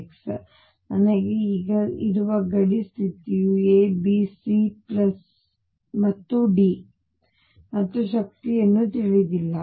ಈಗ ನನಗೆ ಈಗ ಇರುವ ಗಡಿ ಸ್ಥಿತಿಯು A B C ಮತ್ತು D ಮತ್ತು ಶಕ್ತಿಯನ್ನು ತಿಳಿದಿಲ್ಲ